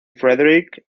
frederick